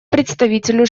представителю